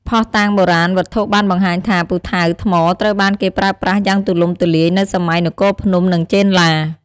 ភស្តុតាងបុរាណវត្ថុបានបង្ហាញថា ពូថៅថ្មត្រូវបានគេប្រើប្រាស់យ៉ាងទូលំទូលាយនៅសម័យនគរភ្នំ និងចេនឡា។